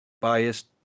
biased